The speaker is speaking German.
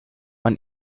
man